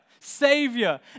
Savior